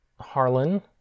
Harlan